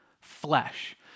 flesh